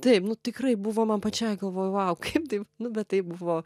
taip nu tikrai buvo man pačiai galvoju vau kaip taip nu bet taip buvo